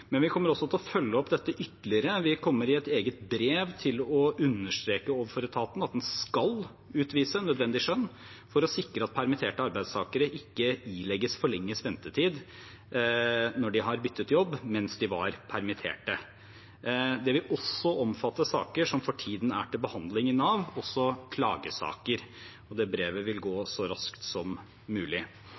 Vi kommer også til å følge opp dette ytterligere. Vi kommer til i et eget brev å understreke overfor etaten at den skal utvise nødvendig skjønn for å sikre at permitterte arbeidstakere ikke ilegges forlenget ventetid når de har byttet jobb mens de var permittert. Det vil også omfatte saker som for tiden er til behandling i Nav, også klagesaker. Det brevet vil gå så raskt som mulig.